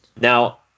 now